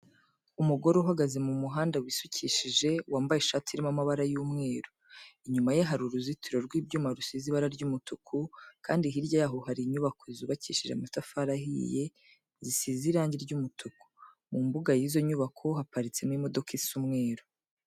Umugore uhagaze mu muhanda wisukishije, wambaye ishati irimo amabara y'umweru. Inyuma ye hari uruzitiro rw'ibyuma rusize ibara ry'umutuku kandi hirya yaho hari inyubako zubakishije amatafari ahiye zisize irange ry'imutuku. Mu mbuga y'izo nyubako haparitsemo imodoka isa umweru.